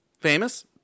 famous